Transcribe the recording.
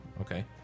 Okay